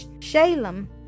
Shalem